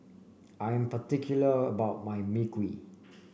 I am particular about my Mui Kee